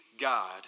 God